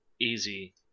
easy